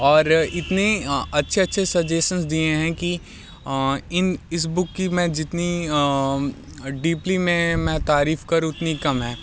और इतने अच्छे अच्छे सजेसन्स दिएं हैं कि इन इस बुक की मैं जितनी डीपली में मैं तारीफ़ करूँ उतनी कम है